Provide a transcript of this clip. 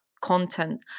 content